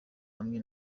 hamwe